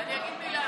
אני אגיד מילה.